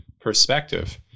perspective